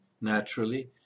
naturally